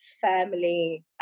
family